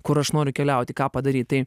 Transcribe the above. kur aš noriu keliauti ką padaryt tai